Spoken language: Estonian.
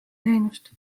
teenust